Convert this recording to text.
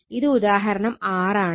ഇത് ഉദാഹരണം 6 ആണ്